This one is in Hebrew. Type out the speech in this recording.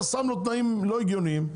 אתה שם לו תנאים לא הגיוניים.